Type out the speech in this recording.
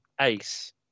Ace